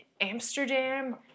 Amsterdam